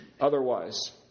otherwise